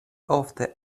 ofte